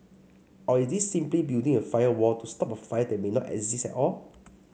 or is this simply building a firewall to stop a fire that may not exist at all